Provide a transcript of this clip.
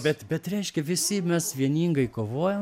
bet bet reiškia visi mes vieningai kovojom